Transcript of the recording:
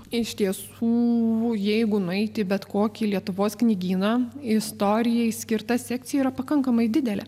iš tiesų jeigu nueiti į bet kokį lietuvos knygyną istorijai skirta sekcija yra pakankamai didelė